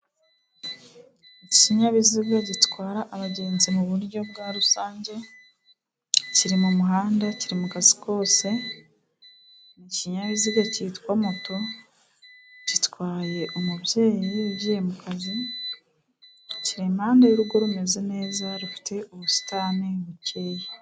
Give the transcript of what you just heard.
Ikinyabiziga gitwara abagenzi mu buryo bwa rusange ,kiri mu muhanda ,kiri mu kazi kose. Ikinyabiziga cyitwa moto gitwaye umubyeyi ugiye mu kazi ,kiri impande y'urugo rumeze neza ,rufite ubusitani bukeye.